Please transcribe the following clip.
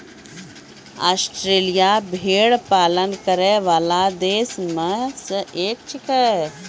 Australia भेड़ पालन करै वाला देश म सें एक छिकै